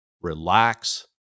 relax